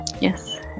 Yes